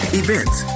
events